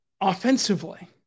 offensively